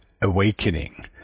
Awakening